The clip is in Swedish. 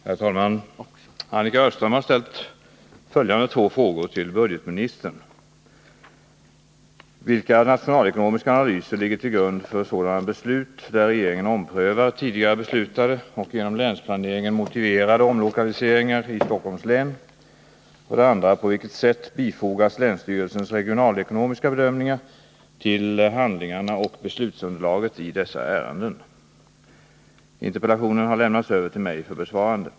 Herr talman! Annika Öhrström har ställt följande två frågor till budgetministern. 1. Vilka nationalekonomiska analyser ligger till grund för sådana beslut där regeringen omprövar tidigare beslutade och genom länsplaneringen motiverade omlokaliseringar i Stockholms län? 2. På vilket sätt bifogas länsstyrelsens regionalekonomiska bedömningar till handlingarna och beslutsunderlaget i dessa ärenden? Interpellationen har lämnats över till mig för besvarande.